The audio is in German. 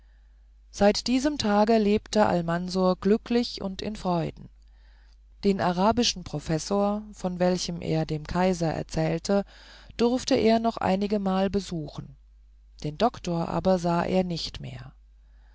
seit diesem tage lebte almansor glücklich und in freuden den arabischen professor von welchem er dem kaiser erzählte durfte er noch einigemal besuchen den doktor aber sah er nicht mehr